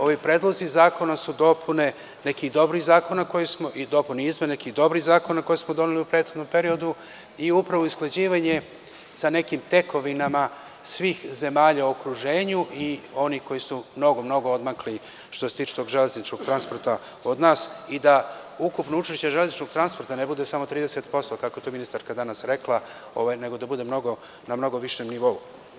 Ovi predlozi zakona su dopune nekih dobrih zakona koje smo doneli u prethodnom periodu i upravo usklađivanje sa nekim tekovinama svih zemalja u okruženju i onih koji su mnogo odmakli od nas, što se tiče tog železničkog saobraćaja, i da ukupno učešće železničkog transporta ne bude samo 30%, kako je to ministarka danas rekla, nego da bude na mnogo višem nivou.